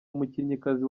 umukinnyikazi